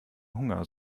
hunger